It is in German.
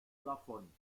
davon